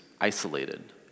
isolated